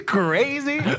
crazy